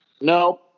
No